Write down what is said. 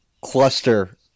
cluster